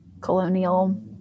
colonial